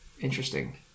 interesting